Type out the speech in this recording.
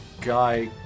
guy